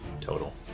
total